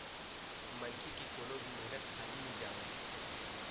मनखे के कोनो भी मेहनत खाली नइ जावय